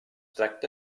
tracta